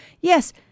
Yes